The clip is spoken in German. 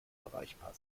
erreichbar